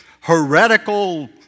heretical